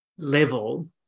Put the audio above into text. level